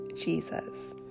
Jesus